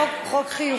זה חוק חיובי.